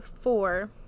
four